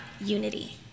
unity